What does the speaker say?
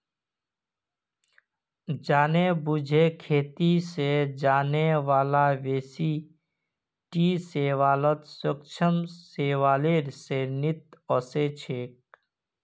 जानेबुझे खेती स जाने बाला बेसी टी शैवाल सूक्ष्म शैवालेर श्रेणीत ओसेक छेक